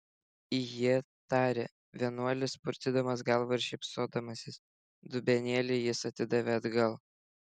ije tarė vienuolis purtydamas galva ir šypsodamasis dubenėlį jis atidavė atgal